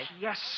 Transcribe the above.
yes